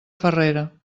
farrera